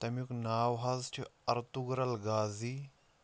تَمیُک ناو حظ چھُ ارتُگرل غازی